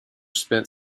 spent